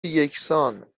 یکسان